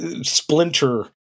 splinter